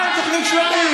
מה עם תוכנית שלבים?